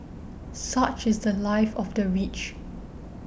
such is the Life of the rich